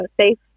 safe